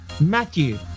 Matthew